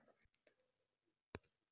जैविक खेती म कोबी के फसल नीमन होतय की नय?